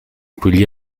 quegli